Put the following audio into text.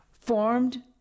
formed